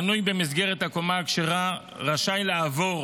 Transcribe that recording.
מנוי במסגרת הקומה הכשרה רשאי לעבור